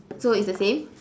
so it's the same